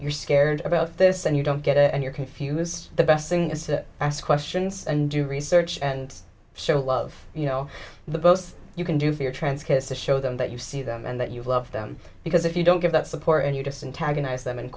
you're scared about this and you don't get it and you're confused the best thing is to ask questions and do research and show love you know both you can do for your trans kids to show them that you see them and that you love them because if you don't give that support